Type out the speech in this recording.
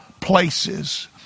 places